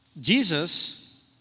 Jesus